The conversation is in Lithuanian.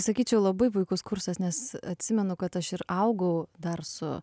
sakyčiau labai puikus kursas nes atsimenu kad aš ir augau dar su